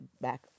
back